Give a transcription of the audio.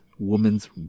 Woman's